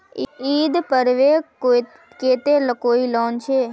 ईद पर्वेर केते कोई लोन छे?